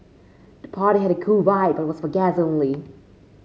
the party had a cool vibe but was for guests only